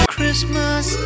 Christmas